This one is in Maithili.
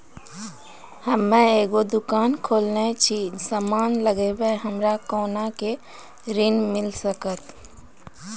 हम्मे एगो दुकान खोलने छी और समान लगैबै हमरा कोना के ऋण मिल सकत?